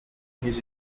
his